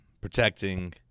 protecting